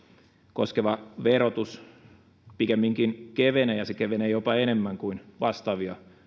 koskeva verotus kevenee ja se kevenee jopa enemmän kuin vastaavia